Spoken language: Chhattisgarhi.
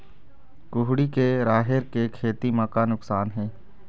कुहड़ी के राहेर के खेती म का नुकसान हे?